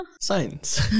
science